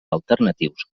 alternatius